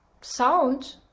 sound